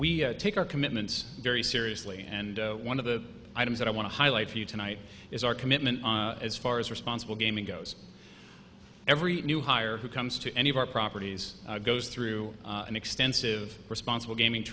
we take our commitments very seriously and one of the items that i want to highlight for you tonight is our commitment as far as responsible gaming goes every new hire who comes to any of our properties goes through an extensive responsible gaming